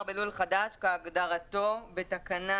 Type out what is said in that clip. בלול חדש כהגדרתו בתקנה